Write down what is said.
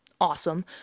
awesome